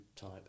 type